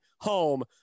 home